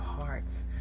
hearts